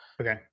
Okay